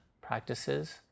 practices